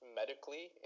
medically